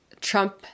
Trump